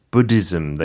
Buddhism